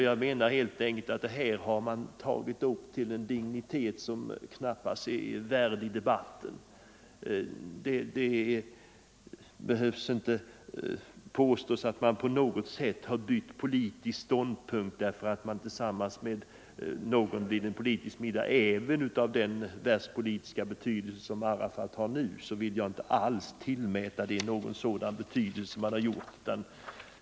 Jag tycker att den här frågan har tagits upp till en dignitet i debatten som den knappast är värd. Det behöver inte påstås att man ändrat politisk ståndpunkt därför att man är tillsammans med någon vid en politisk middag; även om personen är av den världspolitiska betydelse som Arafat har nu vill jag inte tillmäta det en sådan vikt som man gjort.